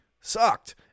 sucked